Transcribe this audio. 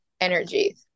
energy